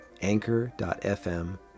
anchor.fm